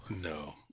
No